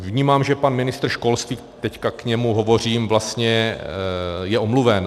Vnímám, že pan ministr školství, teď k němu hovořím, vlastně je omluven.